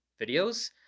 videos